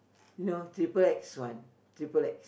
you know Triple X one Triple X